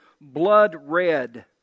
blood-red